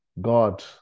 God